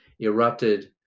erupted